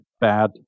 Bad